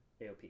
AOP